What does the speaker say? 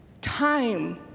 Time